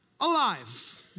alive